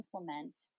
implement